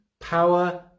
power